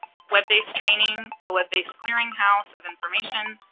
web-based training, but web-based clearinghouse of information,